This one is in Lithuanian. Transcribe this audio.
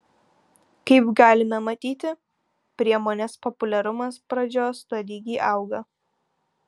kaip galime matyti priemonės populiarumas pradžios tolygiai auga